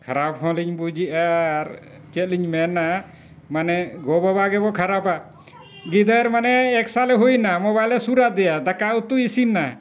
ᱠᱷᱟᱨᱟᱯ ᱦᱚᱸᱞᱤᱧ ᱵᱩᱡᱮᱫᱟ ᱟᱨ ᱪᱮᱫᱞᱤᱧ ᱢᱮᱱᱟ ᱢᱟᱱᱮ ᱜᱚᱼᱵᱟᱵᱟ ᱜᱮᱵᱚᱱ ᱠᱷᱟᱨᱟᱯᱟ ᱜᱤᱫᱟᱹᱨ ᱢᱟᱱᱮ ᱮᱠᱥᱟᱞᱮ ᱦᱩᱭᱱᱟ ᱢᱳᱵᱟᱭᱤᱞᱮ ᱥᱳᱨᱟᱫᱮᱭᱟ ᱫᱟᱠᱟ ᱩᱛᱩ ᱤᱥᱤᱱᱟ